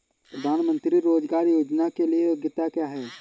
प्रधानमंत्री रोज़गार योजना के लिए योग्यता क्या है?